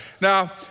Now